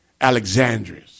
Alexandria